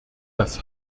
das